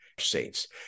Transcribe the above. saints